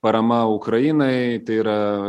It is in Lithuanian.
parama ukrainai tai yra